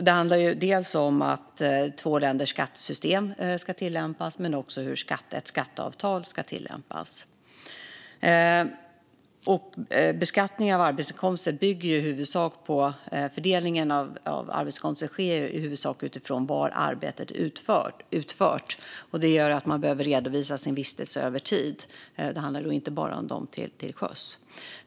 Det handlar om att två länders skattesystem ska tillämpas men också om hur ett skatteavtal ska tillämpas. Fördelningen av arbetsinkomster bygger i huvudsak på var arbetet är utfört. Det gör att man behöver redovisa sin vistelse över tid. Det gäller inte bara dem som arbetar till sjöss.